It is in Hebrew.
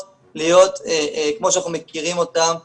להיות כמו שאנחנו מכירים אותן בשגרה.